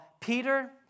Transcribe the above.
Peter